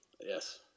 Yes